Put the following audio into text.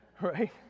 right